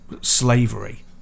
slavery